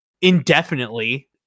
indefinitely